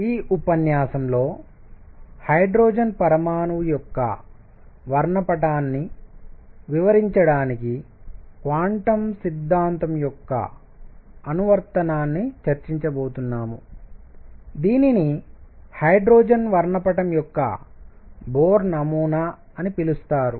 ఈ ఉపన్యాసంలో హైడ్రోజన్ పరమాణువు యొక్క వర్ణపటాన్నిస్పెక్ట్రమ్ వివరించడానికి క్వాంటం సిద్ధాంతం యొక్క అనువర్తనాన్ని చర్చించబోతున్నాం దీనిని హైడ్రోజన్ వర్ణపటం యొక్క బోర్ నమూనా అని పిలుస్తారు